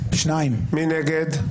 מי נגד?